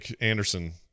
Anderson